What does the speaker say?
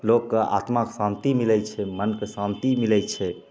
लोक कऽ आत्माके शांति मिलै छै मनके शांति मिलै छै